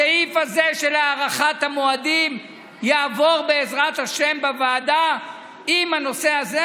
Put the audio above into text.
הסעיף הזה של הארכת המועדים יעבור בעזרת השם בוועדה עם הנושא הזה,